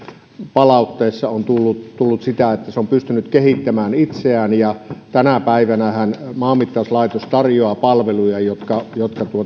palautteita on tullut siitä että se on pystynyt kehittämään itseään tänä päivänähän maanmittauslaitos tarjoaa palveluja jotka jotka ovat